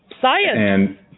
Science